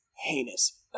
heinous